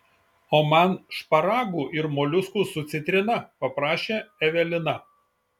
o man šparagų ir moliuskų su citrina paprašė evelina